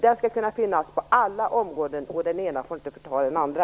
Den skall kunna finnas på alla områden. Den ena får inte förta den andra.